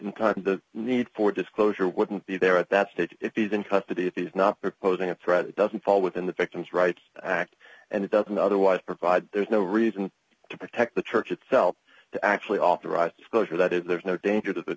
in time the need for disclosure wouldn't be there at that stage if he's in custody if he's not proposing a threat it doesn't fall within the victim's rights act and it doesn't otherwise provide there's no reason to protect the church itself to actually authorize disclosure that is there's no danger to the